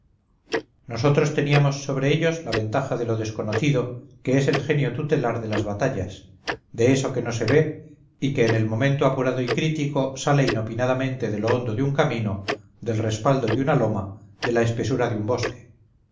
nosotros teníamos sobre ellos la ventaja de lo desconocido que es el genio tutelar de las batallas de eso que no se ve y que en el momento apurado y crítico sale inopinadamente de lo hondo de un camino del respaldo de una loma de la espesura de un bosque